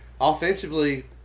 offensively